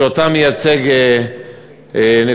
שאותה מייצג נתניהו?